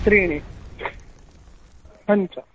त्रीणि पञ्च